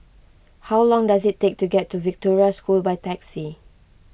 how long does it take to get to Victoria School by taxi